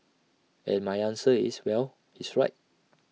and my answer is well he's right